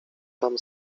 tam